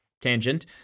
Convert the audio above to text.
Tangent